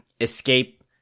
escape